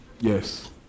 Yes